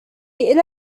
إلى